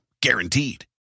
Guaranteed